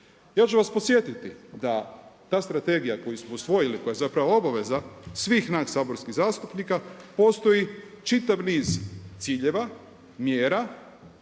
Ja ću vas podsjetiti da ta strategija koju smo usvojili i koja je zapravo obveza svih nas saborskih zastupnika postoji čitav niz ciljeva, mjera,